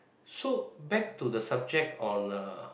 so back to the subject on uh